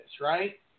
right